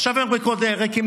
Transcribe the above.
עכשיו הם ריקים לגמרי.